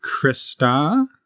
Krista